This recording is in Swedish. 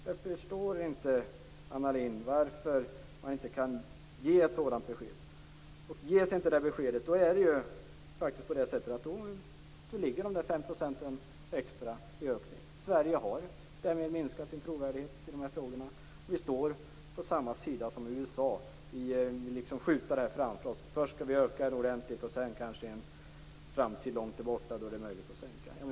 Jag förstår inte, Anna Lindh, varför man inte kan ge ett sådant besked. Ges inte det beskedet gäller de extra 5 %. Sverige har därmed minskat sin trovärdighet i dessa frågor. Vi står på samma sida som USA. Vi vill skjuta frågan framför oss. Först skall vi öka användningen ordentligt, och i en avlägsen framtid är det kanske möjligt att minska användningen.